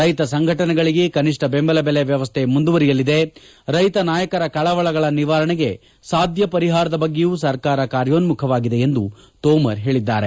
ರೈತ ಸಂಘಟನೆಗಳಿಗೆ ಕನಿಷ್ಠ ದೆಂಬಲ ಬೆಲೆ ವ್ಯವಸ್ಥೆ ಮುಂದುವರೆಯಲಿದೆ ರೈತ ನಾಯಕರ ಕಳವಳಗಳ ನಿವಾರಣೆಗೆ ಸಾಧ್ಯ ಪರಿಹಾರದ ಬಗ್ಗೆಯೂ ಸರ್ಕಾರ ಕಾರ್ಯೋನ್ನುಖವಾಗಿದೆ ಎಂದು ತೋಮರ್ ಹೇಳಿದ್ದಾರೆ